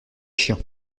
chiens